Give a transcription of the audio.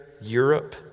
Europe